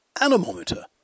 Anemometer